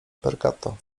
perkato